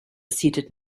seated